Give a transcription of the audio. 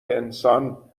انسان